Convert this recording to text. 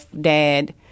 dad